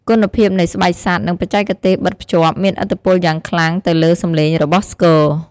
គុណភាពនៃស្បែកសត្វ និងបច្ចេកទេសបិទភ្ជាប់ មានឥទ្ធិពលយ៉ាងខ្លាំងទៅលើសម្លេងរបស់ស្គរ។